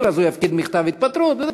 אז הוא יפקיד מכתב התפטרות וכו',